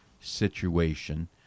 situation